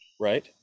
right